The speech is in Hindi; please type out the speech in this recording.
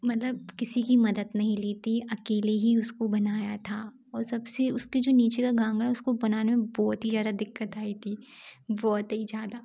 मतलब किसी की मदद नहीं ली थी अकेले ही उसको बनाया था और सब से उसके जो नीचे का घागरा है उसको बनाने में बहुत ही ज़्यादा दिक्कत आई थी बहुत ही ज़्यादा